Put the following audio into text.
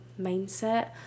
mindset